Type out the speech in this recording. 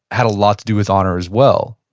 had a lot to do with honor as well.